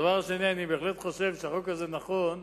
דבר שני, אני בהחלט חושב שהחוק הזה נכון,